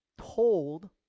told